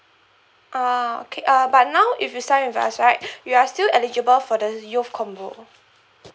ah okay uh but now if you sign with us right you are still eligible for the youth combo